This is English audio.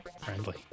friendly